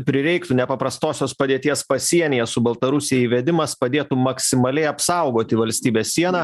prireiktų nepaprastosios padėties pasienyje su baltarusija įvedimas padėtų maksimaliai apsaugoti valstybės sieną